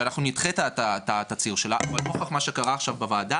שאנחנו נדחה את התצהיר שלה אבל לנוכח מה שקרה בוועדה,